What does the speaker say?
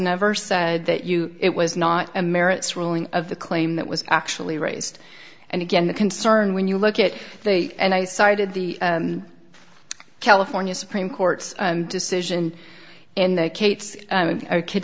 never said that you it was not a merits ruling of the claim that was actually raised and again the concern when you look at it and i cited the california supreme court's decision in that kate's kid